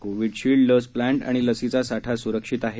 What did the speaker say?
Covishield लस plant आणि लसीचा साठा सुरक्षित आहे